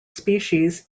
species